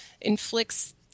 inflicts